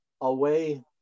away